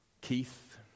keith